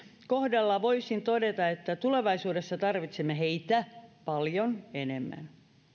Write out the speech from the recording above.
kohdalla voisin todeta että tulevaisuudessa tarvitsemme heitä paljon enemmän